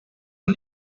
een